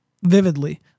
vividly